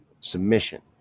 submission